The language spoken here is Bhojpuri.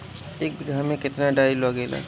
एक बिगहा में केतना डाई लागेला?